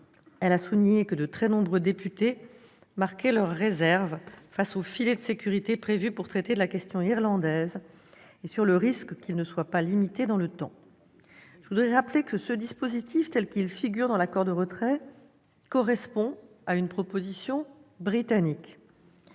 Elle a souligné que de très nombreux députés marquaient leurs réserves face au « filet de sécurité » prévu pour traiter de la question irlandaise et au risque qu'il ne soit pas limité dans le temps. Je veux rappeler que ce dispositif, tel qu'il figure dans l'accord de retrait, correspond à une proposition britannique.